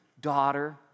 daughter